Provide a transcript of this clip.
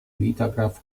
vitagraph